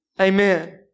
Amen